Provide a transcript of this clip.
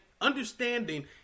understanding